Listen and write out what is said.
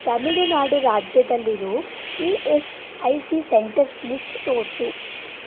ತಮಿಳುನಾಡು ರಾಜ್ಯದಲ್ಲಿರೋ E S I C centres list ತೋರಿಸು